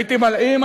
הייתי מלאים,